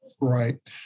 right